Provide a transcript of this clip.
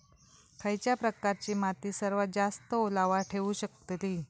खयच्या प्रकारची माती सर्वात जास्त ओलावा ठेवू शकतली?